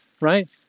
Right